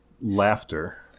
laughter